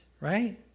right